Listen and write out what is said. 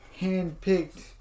handpicked